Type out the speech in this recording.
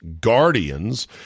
Guardians